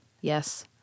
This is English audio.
Yes